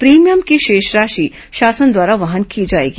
premium की शेष राशि शासन द्वारा वहन की जाएगी